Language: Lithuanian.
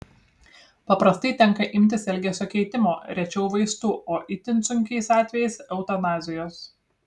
paprastai tenka imtis elgesio keitimo rečiau vaistų o itin sunkiais atvejais eutanazijos